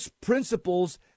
principles